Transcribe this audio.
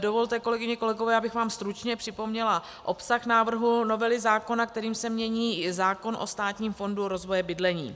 Dovolte, kolegyně, kolegové, abych vám stručně připomněla obsah návrhu novely zákona, kterým se mění zákon o Státním fondu rozvoje bydlení.